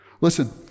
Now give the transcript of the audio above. Listen